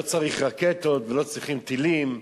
לא צריך רקטות, לא צריכים טילים,